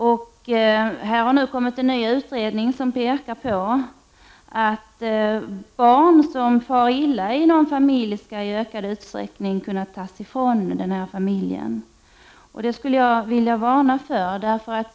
Det har nu framlagts en utredning som för fram tanken att barn som far illa inom familjen i ökad utsträckning skall kunna tas bort från familjen. Det skulle jag vilja varna för.